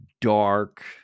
dark